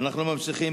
אנחנו ממשיכים